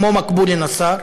כמו מקבולי נסאר,